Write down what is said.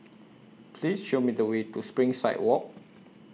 Please Show Me The Way to Springside Walk